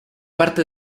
parte